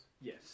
yes